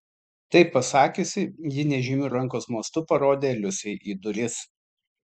tai pasakiusi ji nežymiu rankos mostu parodė liusei į duris